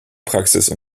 praxis